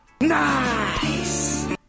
Nice